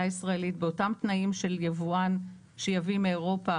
הישראלית באותם תנאים של יבואן שיביא מאירופה,